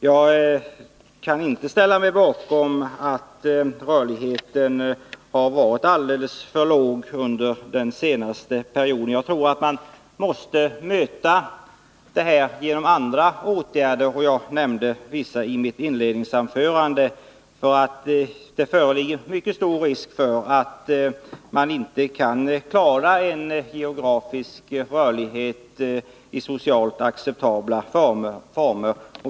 Jag kan inte ställa mig bakom ett uttalande om att rörligheten under den senaste perioden har varit alldeles för låg. Jag tror att vi måste möta problemen med andra åtgärder — jag nämnde vissa i mitt inledningsanförande. Det föreligger nämligen en mycket stor risk för att vi inte kan klara en geografisk rörlighet under socialt acceptabla former.